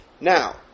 Now